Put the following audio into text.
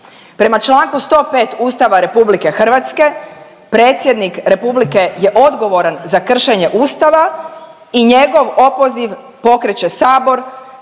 Prema čl. 105 Ustava RH, Predsjednik Republike je odgovoran za kršenje Ustava i njegov opoziv pokreće sabor